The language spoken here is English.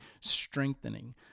strengthening